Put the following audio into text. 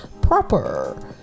proper